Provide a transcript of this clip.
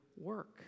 work